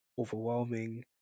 Overwhelming